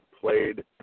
played